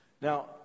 Now